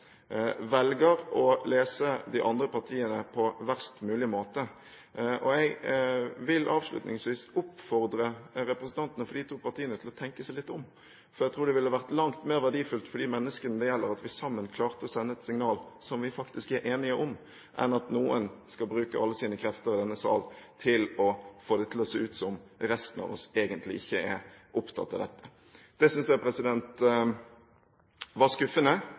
velger å lese de andre partiene på verst mulig måte. Jeg vil oppfordre representantene fra de to partiene til å tenke seg litt om. Jeg tror det ville vært langt mer verdifullt for de menneskene det gjelder, at vi sammen klarte å sende et signal som vi faktisk er enige om, enn at noen skal bruke alle sine krefter i denne sal til å få det til å se ut som om resten av oss egentlig ikke er opptatt av dette. Det synes jeg var skuffende.